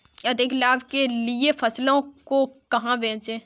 अधिक लाभ के लिए फसलों को कहाँ बेचें?